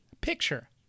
picture